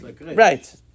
Right